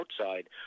outside